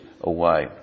away